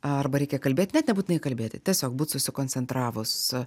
arba reikia kalbėt net nebūtinai kalbėti tiesiog būt susikoncentravus